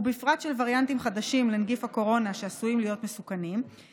ובפרט של וריאנטים חדשים לנגיף הקורונה שעשויים להיות מסוכנים,